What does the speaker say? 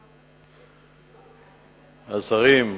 השרים,